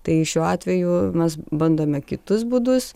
tai šiuo atveju mes bandome kitus būdus